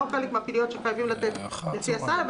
חלק מהפעילויות שחייבים לתת לפי הסל,